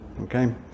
okay